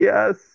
Yes